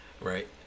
right